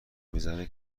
میزنه